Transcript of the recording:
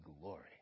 glory